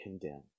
condemn